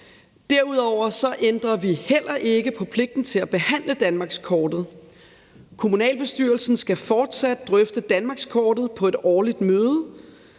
Derudover ændrer vi heller ikke på pligten til at behandle danmarkskortet. Kommunalbestyrelsen skal fortsat drøfte danmarkskortet på et årligt møde.